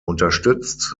unterstützt